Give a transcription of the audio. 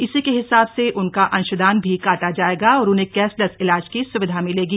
इसी के हिसाब से उनका अंशदान भी काटा जाएगा और उन्हें कैशलेस इलाज की सुविधा मिलेगी